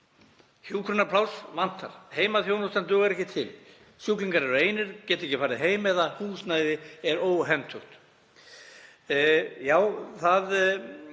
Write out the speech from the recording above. Hjúkrunarpláss vantar. Heimaþjónustan dugar ekki til. Sjúklingar eru einir, geta ekki farið heim eða húsnæði er óhentugt. Já, herra